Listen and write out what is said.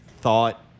thought